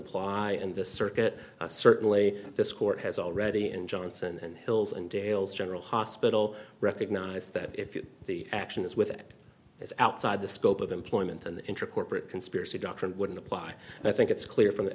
apply in this circuit certainly this court has already and johnson and hills and dales general hospital recognize that if you the action is with it is outside the scope of employment in the interim corporate conspiracy doctrine wouldn't apply i think it's clear from the